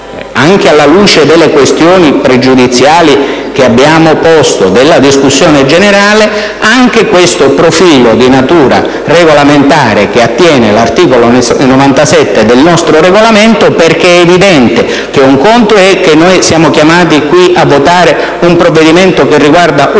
alla luce delle questioni pregiudiziali che abbiamo posto, anche questo profilo di natura regolamentare che attiene all'articolo 97 del nostro Regolamento, perché è evidente che un conto è essere chiamati qui a votare un provvedimento che riguarda un argomento